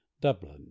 dublin